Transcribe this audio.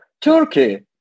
Turkey